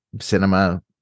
cinema